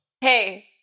Hey